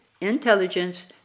intelligence